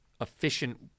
efficient